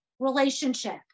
Relationship